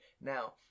Now